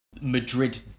Madrid